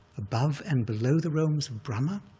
above and below the realms of brahma.